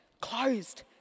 closed